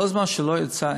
כל זמן שלא יצא,